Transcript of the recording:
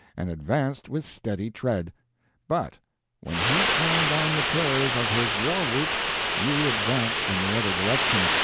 and advanced with steady tread but when he turned on the terrors of his war-whoop you advanced in the other direction,